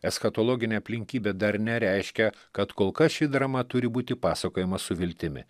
eschatologinė aplinkybė dar nereiškia kad kol kas ši drama turi būti pasakojama su viltimi